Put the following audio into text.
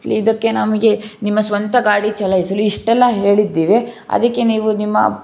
ಇದಕ್ಕೆ ನಮಗೆ ನಿಮ್ಮ ಸ್ವಂತ ಗಾಡಿ ಚಲಾಯಿಸಲು ಇಷ್ಟೆಲ್ಲ ಹೇಳಿದ್ದಿವಿ ಅದಕ್ಕೆ ನೀವು ನಿಮ್ಮ